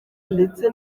ndetse